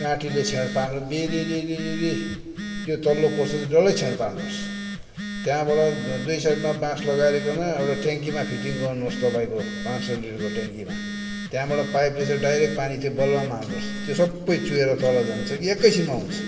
काँटीले छेड पारेर बिरिरिरिरिरि त्यो तल्लो पोर्सन चाहिँ डल्लै छेड पार्नुहोस् त्यहाँबाट दुई साइडमा बाँस लगाइरिकन एउटा ट्याङ्कीमा फिटिङ गर्नुहोस् तपाईँको पाँच सौ लिटरको ट्याङ्कीमा त्यहाँबाट पाइपले चाहिँ डाइरेक्ट पानी त्यो बलुवामा हाल्नुहोस् त्यो सबै चुहिएर तल जान्छ कि एकैछिनमा हुन्छ